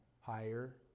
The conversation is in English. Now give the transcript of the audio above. higher